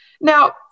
Now